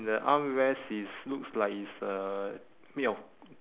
ya okay right man